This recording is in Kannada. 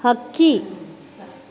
ಹಕ್ಕಿ